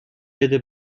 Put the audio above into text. بده